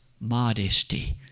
modesty